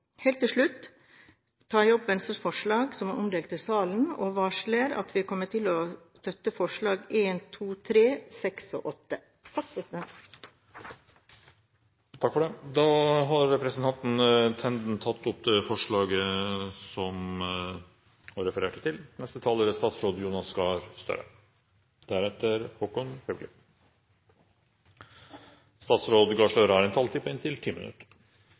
Helt til slutt tar jeg opp Venstres forslag, som er omdelt i salen, og varsler at vi kommer til å støtte forslagene nr. 1, 2, 3, 6 og 8. Representanten Borghild Tenden har tatt opp de forslagene hun refererte til. Jeg tror presidenten skal ta det som et komplement for at vi er